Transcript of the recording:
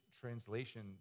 translation